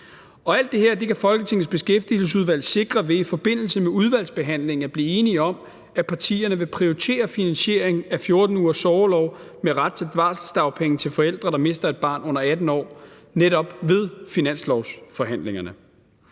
Alt det her kan Folketingets Beskæftigelsesudvalg sikre ved i forbindelse med udvalgsbehandlingen at blive enige om, at partierne vil prioritere finansieringen af 14 ugers sorgorlov med ret til barselsdagpenge til forældre, der mister et barn under 18 år, netop ved finanslovsforhandlingerne.